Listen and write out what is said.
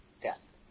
death